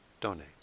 donate